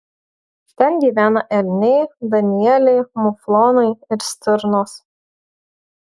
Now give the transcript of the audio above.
ten gyvena elniai danieliai muflonai ir stirnos